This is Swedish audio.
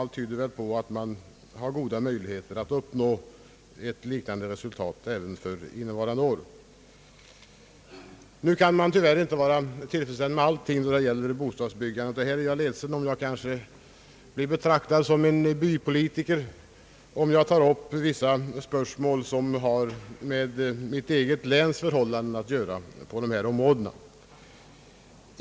Allt tyder väl på att man har goda möjligheter att uppnå ett liknande resultat även för innevarande år. Nu kan man tyvärr inte vara tillfredsställd med allt i fråga om bostadsbyggandet. Jag är ledsen över att, med risk att bli betraktad som bypolitiker, behöva ta upp vissa spörsmål som har med mitt eget läns förhållanden att göra i detta avseende.